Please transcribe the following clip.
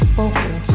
Spoken